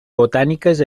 botàniques